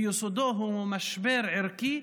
ביסודו הוא משבר ערכי,